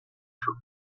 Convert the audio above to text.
шүү